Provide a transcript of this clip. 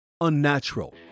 unnatural